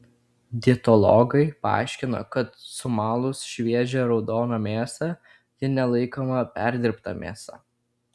dietologai paaiškino kad sumalus šviežią raudoną mėsą ji nelaikoma perdirbta mėsa